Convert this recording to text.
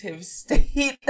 state